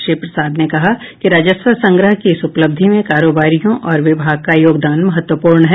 श्री प्रसाद ने कहा कि राजस्व संग्रह की इस उपलब्धि में कारोबारियों और विभाग का योगदान महत्वपूर्ण है